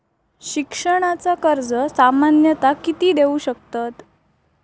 शिक्षणाचा कर्ज सामन्यता किती देऊ शकतत?